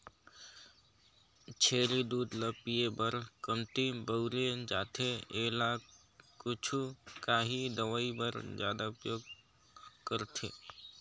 छेरी दूद ल पिए बर कमती बउरे जाथे एला कुछु काही दवई बर जादा उपयोग करथे